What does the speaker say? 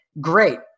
Great